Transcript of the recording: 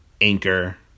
Anchor